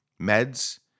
meds